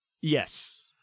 Yes